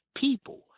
people